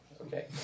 okay